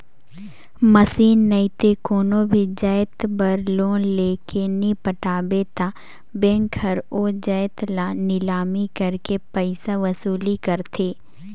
machine नइते कोनो भी जाएत बर लोन लेके नी पटाबे ता बेंक हर ओ जाएत ल लिलामी करके पइसा वसूली करथे